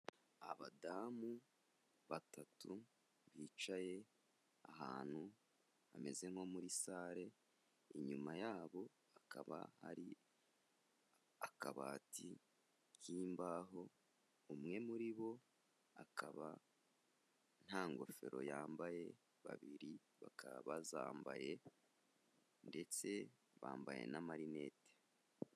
Abadamu batatu bicaye ahantu hameze nko muri sare, inyuma yabo hakaba hari akabati k'imbaho, umwe muri bo akaba nta ngofero yambaye, babiri bakaba bazambaye ndetse bambaye n'amarinete.